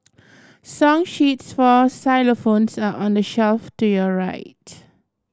song sheets for xylophones are on the shelf to your right